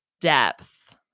depth